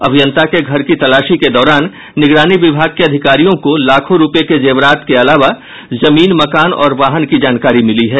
अभियंता के घर की तालाशी के दौरान निगरानी विभाग के अधिकारियों को लाखों रूपये के जेवरात के अलावा जमीन मकान और वाहन की जानकारी मिली है